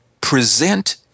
present